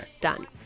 Done